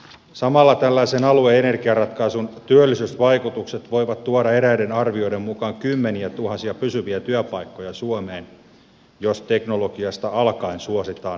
samalla tällaisen alue energiaratkaisun työllisyysvaikutukset voivat tuoda eräiden arvioiden mukaan kymmeniätuhansia pysyviä työpaikkoja suomeen jos teknologiasta alkaen suositaan kotimaisuutta